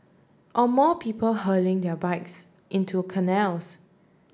or more people hurling their bikes into canals